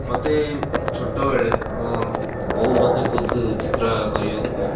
ମୋତେ ଛୋଟବେଳେ ମୋ ବୋଉ ମୋତେ ବହୁତ ଚିତ୍ର କରିବାକୁ କୁହେ